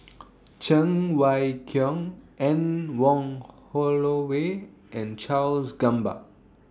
Cheng Wai Keung Anne Wong Holloway and Charles Gamba